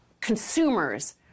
consumers